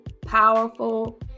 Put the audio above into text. powerful